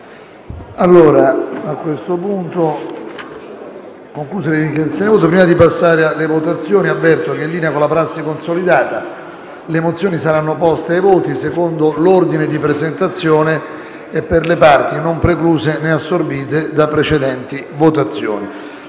link apre una nuova finestra"). Prima di passare alle votazioni, avverto che, in linea con una prassi consolidata, le mozioni saranno poste ai voti secondo l'ordine di presentazione e per le parti non precluse né assorbite da precedenti votazioni.